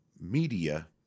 media